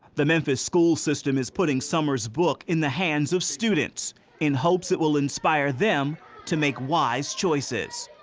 the memphis school system is putting summers book in the hands of students in hopes it will inspire them to make wise choices.